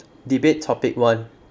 debate topic one